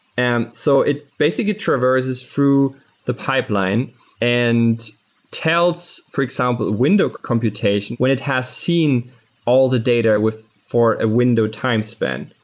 and so it basically traverses through the pipeline and tells, for example, window computation when it has seen all the data for a window time span.